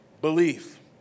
belief